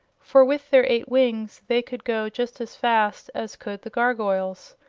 for with their eight wings they could go just as fast as could the gargoyles.